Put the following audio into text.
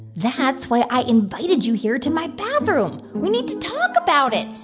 that's why i invited you here to my bathroom. we need to talk about it.